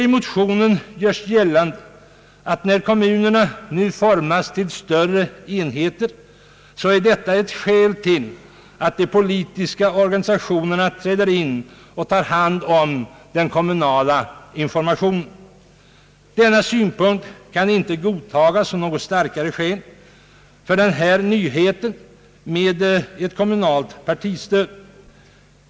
I motionen görs gällande att när kommunerna nu formas till större enheter, är detta ett skäl till att de politiska organisationerna träder in och tar hand om den kommunala informationen. Denna synpunkt kan inte godtas som något starkare skäl för den här nyheten med ett kommunalt partistöd.